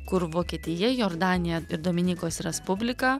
kur vokietija jordanija ir dominikos respublika